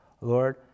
Lord